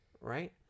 right